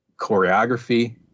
Choreography